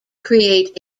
create